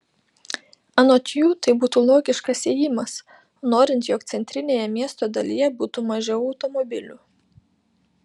anot jų tai būtų logiškas ėjimas norint jog centrinėje miesto dalyje būtų mažiau automobilių